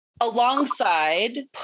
alongside